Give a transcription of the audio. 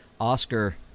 oscar